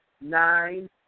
nine